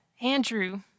Andrew